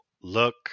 look